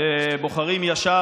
"בוחרים ישר".